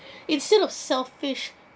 instead of selfish